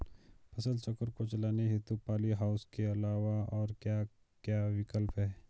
फसल चक्र को चलाने हेतु पॉली हाउस के अलावा और क्या क्या विकल्प हैं?